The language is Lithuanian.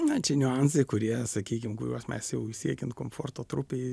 na čia niuansai kurie sakykim kuriuos mes jau siekiant komforto trupėj